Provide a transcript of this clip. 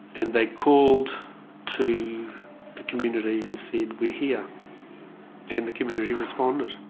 and they called to the community and said, we're here and the community responded.